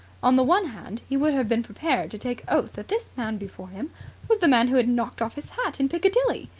on the one hand, he would have been prepared to take oath that this man before him was the man who had knocked off his hat in piccadilly.